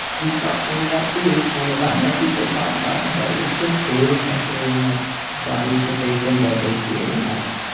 we've thought some about food and about how people talk about and try to restrict food especially and like bodies that they think of as being like,